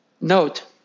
Note